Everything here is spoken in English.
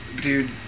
dude